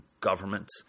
government